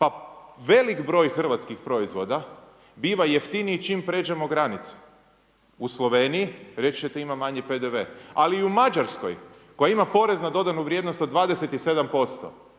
Pa velik broj hrvatskih proizvoda biva jeftiniji čim pređemo granicu. U Sloveniji, reći ćete ima manji PDV. Ali i u Mađarskoj, koja ima PDV od 27%